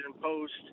Post